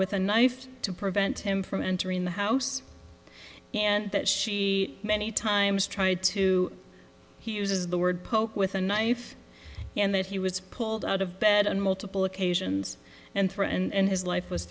with a knife to prevent him from entering the house and that she many times tried to he uses the word poke with a knife and that he was pulled out of bed on multiple occasions and for and his life was